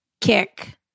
Kick